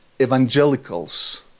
evangelicals